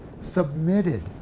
submitted